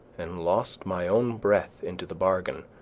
and lost my own breath into the bargain,